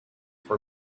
for